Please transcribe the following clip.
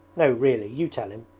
no, really, you tell him,